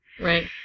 Right